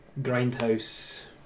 grindhouse